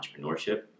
entrepreneurship